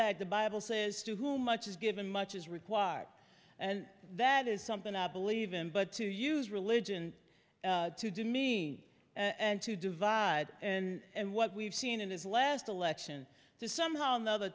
back the bible says to whom much is given much is required and that is something i believe in but to use religion to demean and to divide and what we've seen in his last election to somehow another